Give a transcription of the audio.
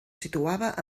situava